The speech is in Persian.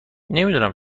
نمیدونم